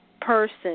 person